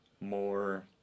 more